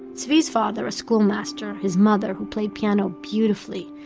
zvi's father, a schoolmaster, his mother, who played piano beautifully,